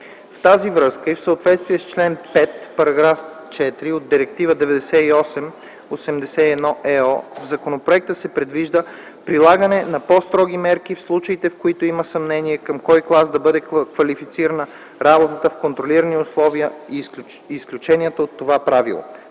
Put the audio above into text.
В тази връзка и в съответствие с чл. 5, § 4 от Директива 98/81/ЕО в законопроекта се предвижда прилагане на по-строги мерки в случаите, в които има съмнение към кой клас да бъде класифицирана работата в контролирани условия и изключенията от това правило